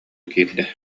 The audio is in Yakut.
киирдэ